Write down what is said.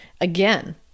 again